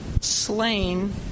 slain